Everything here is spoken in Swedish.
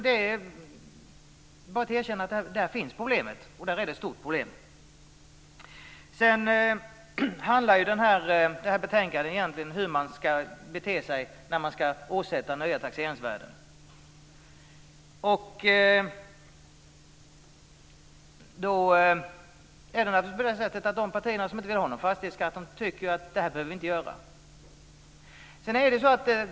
Det är bara att erkänna att det problemet finns och att det är ett stort problem där. Betänkandet handlar egentligen om hur man ska bete sig när man ska åsätta nya taxeringsvärden. De partier som inte vill ha någon fastighetsskatt tycker naturligtvis att vi inte behöver göra det.